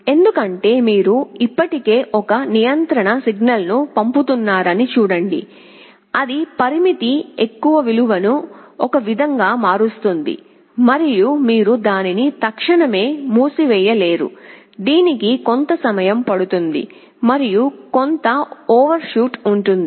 ఎందుకంటే మీరు ఇప్పటికీ ఒక నియంత్రణ సిగ్నల్ను పంపుతున్నారని చూడండి అది పరిమితి యొక్క విలువను ఒక విధంగా మారుస్తుంది మరియు మీరు దాన్ని తక్షణమే మూసివేయలేరు దీనికి కొంత సమయం పడుతుంది మరియు కొంత ఓవర్షూట్ ఉంటుంది